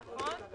נכון.